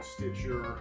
Stitcher